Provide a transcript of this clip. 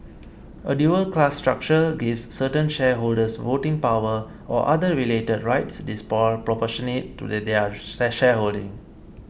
a dual class structure gives certain shareholders voting power or other related rights disproportionate to their shareholding